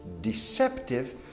deceptive